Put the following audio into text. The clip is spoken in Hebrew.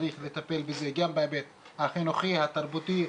צריך לטפל בזה גם בהיבט החינוכי, התרבותי,